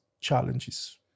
challenges